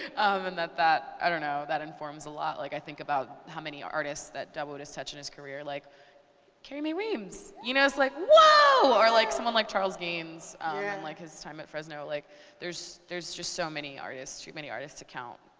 um and that that i don't know that informs a lot. like i think about how many artists that dawoud has touched in his career. like carrie mae weems, you know, it's like, whoa! or like someone like charles gaines and like his time at fresno. like there's there's just so many artists too many artists to count.